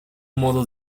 modo